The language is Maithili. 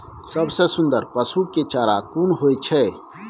सबसे सुन्दर पसु के चारा कोन होय छै?